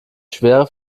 schwere